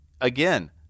Again